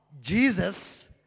Jesus